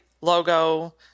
logo